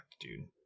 dude